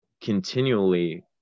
continually